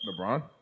LeBron